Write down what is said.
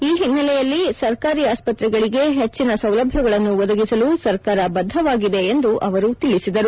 ಈ ಹಿನ್ನೆಲೆಯಲ್ಲಿ ಸರ್ಕಾರಿ ಆಸ್ಪತ್ರೆಗಳಿಗೆ ಹೆಚ್ಚಿನ ಸೌಲಭ್ಯಗಳನ್ನು ಒದಗಿಸಲು ಸರ್ಕಾರ ಬದ್ದವಾಗಿದೆ ಎಂದು ಅವರು ತಿಳಿಸಿದರು